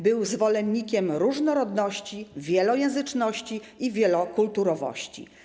Był zwolennikiem różnorodności, wielojęzyczności i wielokulturowości.